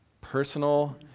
personal